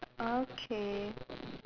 okay